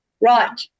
Right